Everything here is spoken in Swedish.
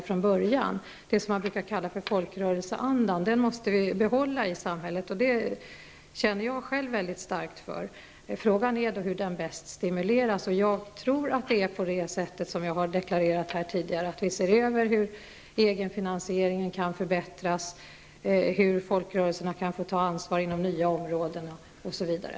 Vi måste i samhället behålla det som man brukar kalla folkrörelseandan, något som jag själv känner mycket starkt för. Frågan är hur denna bäst stimuleras. Jag tror att det sker på det sätt jag tidigare har deklarerat, nämligen genom att vi ser över hur egenfinansieringen kan förbättras, hur folkrörelserna kan få ta ansvar inom nya områden, osv.